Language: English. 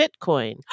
Bitcoin